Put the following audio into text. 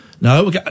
No